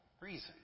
reason